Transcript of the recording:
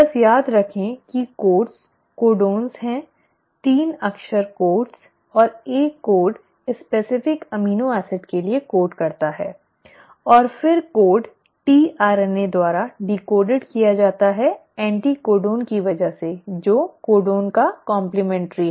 बस याद रखें कि कोडस कोडन हैं 3 अक्षर कोड और एक कोड विशिष्ट अमीनो एसिड के लिए कोड करता है और फिर कोड tRNA द्वारा डिकोड किया जाता है एंटिकोडॉन की वजह से जो कोडन का कॉमप्लीमेंट्री है